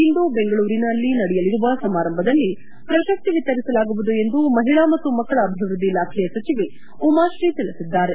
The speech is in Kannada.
ಇಂದು ಬೆಂಗಳೂರಿನಲ್ಲಿ ನಡೆಯುವ ಸಮಾರಂಭದಲ್ಲಿ ಪ್ರಶಸ್ತಿ ವಿತರಿಸಲಾಗುವುದು ಎಂದು ಮಹಿಳಾ ಮತ್ತು ಮಕ್ಕಳ ಅಭಿವೃದ್ದಿ ಇಲಾಖೆಯ ಸಚಿವೆ ಉಮಾಶ್ರೀ ತಿಳಿಸಿದ್ದಾರೆ